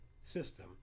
system